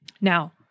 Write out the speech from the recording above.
Now